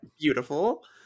Beautiful